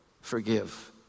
forgive